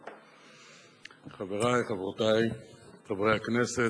חברי, חברותי חברי הכנסת,